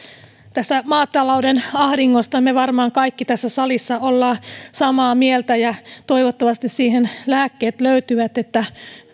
tästä maatalouden ahdingosta me varmaan kaikki tässä salissa olemme samaa mieltä ja toivottavasti siihen lääkkeet löytyy niin että